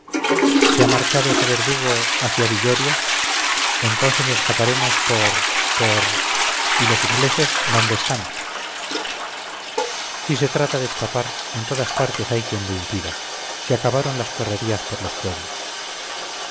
se ha marchado ese verdugo hacia villorio entonces escaparemos por por y los ingleses dónde están si se trata de escapar en todas partes hay quien lo impida se acabaron las correrías por los pueblos